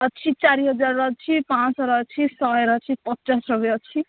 ଅଛି ଚାରି ହଜାରର ଅଛି ପାଞ୍ଚଶହର ଅଛି ଶହେର ଅଛି ପଚାଶର ବି ଅଛି